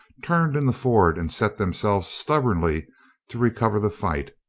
turned in the ford and set themselves stub bornly to recover the fight,